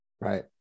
Right